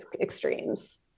extremes